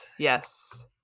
Yes